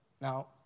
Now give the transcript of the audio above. Now